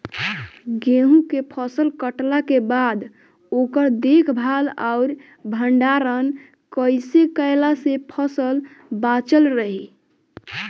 गेंहू के फसल कटला के बाद ओकर देखभाल आउर भंडारण कइसे कैला से फसल बाचल रही?